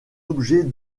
objet